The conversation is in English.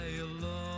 alone